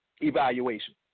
evaluation